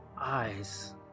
Eyes